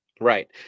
Right